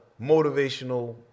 motivational